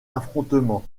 affrontement